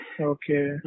Okay